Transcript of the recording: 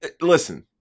listen